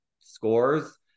scores